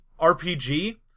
RPG